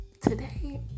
Today